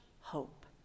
hope